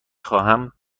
خواهم